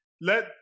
let